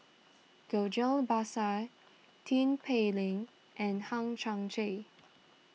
Ghillie Basan Tin Pei Ling and Hang Chang Chieh